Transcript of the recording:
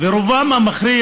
ולרובם המכריע